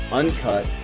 uncut